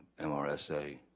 MRSA